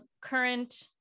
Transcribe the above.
current